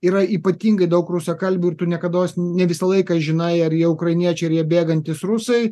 yra ypatingai daug rusakalbių ir tu niekados ne visą laiką žinai ar jie ukrainiečiai ar jie bėgantys rusai